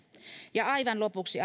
puhemies aivan lopuksi